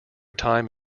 time